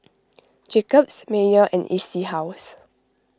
Jacob's Mayer and E C House